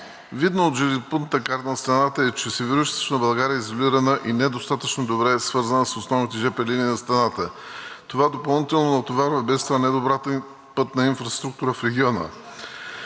Видно от железопътната карта на страната Североизточна България е изолирана и недостатъчно добре свързана с основните жп линии на страната. Това допълнително натоварва и без това недобрата пътна инфраструктура в региона.